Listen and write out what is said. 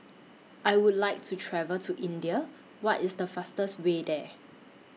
I Would like to travel to India What IS The fastest Way There